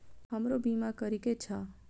हमरो बीमा करीके छः?